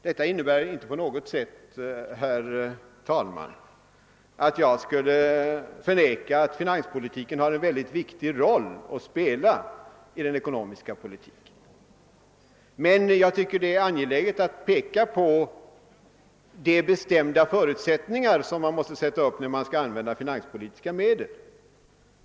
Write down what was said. Detta innebär inte på något sätt, herr talman, att jag skulle förneka att finanspolitiken spelar en viktig roll i den ekonomiska politiken, men jag tycker det är angeläget att peka på de bestämda förutsättningar man måste sätta upp när man skall använda finanspolitiska medel.